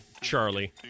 Charlie